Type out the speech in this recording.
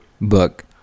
book